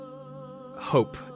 hope